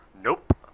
Nope